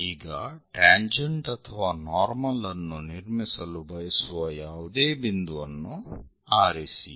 ಈಗ ಟ್ಯಾಂಜೆಂಟ್ ಅಥವಾ ನಾರ್ಮಲ್ ಅನ್ನು ನಿರ್ಮಿಸಲು ಬಯಸುವ ಯಾವುದೇ ಬಿಂದುವನ್ನು ಆರಿಸಿ